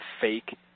fake